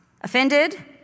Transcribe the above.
offended